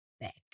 back